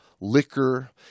liquor